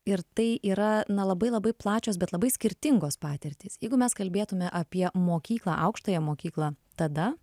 ir tai yra na labai labai plačios bet labai skirtingos patirtys jeigu mes kalbėtume apie mokyklą aukštąją mokyklą tada